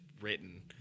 written